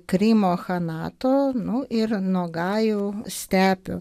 krymo chanato nu ir nuo gajų stepių